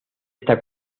esta